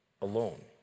alone